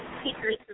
teachers